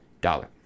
dollar